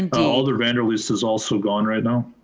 and alder vanderleest is also gone right now.